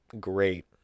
great